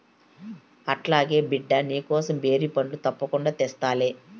అట్లాగే బిడ్డా, నీకోసం బేరి పండ్లు తప్పకుండా తెస్తాలే